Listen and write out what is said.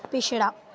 पिछड़ा